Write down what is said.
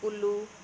কুলু